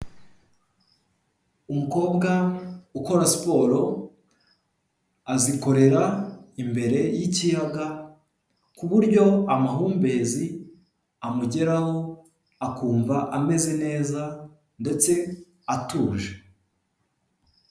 Umukobwa ukora siporo azikorera imbere y'ikiyaga ku buryo amahumbezi amugeraho akumva ameze neza ndetse atuje.